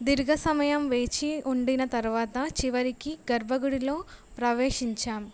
దీర్ఘ సమయం వేచి ఉండిన తర్వాత చివరికి గర్భ గుడిలో ప్రవేశించాం